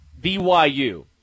BYU